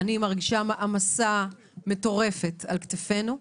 אני מרגישה מעמסה מטורפת על כתפינו.